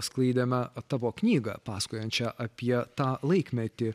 sklaidėme tavo knygą pasakojančią apie tą laikmetį